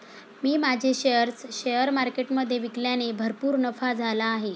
मी माझे shares share मार्केटमधे विकल्याने भरपूर नफा झाला आहे